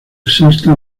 exacta